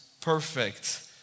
perfect